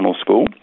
school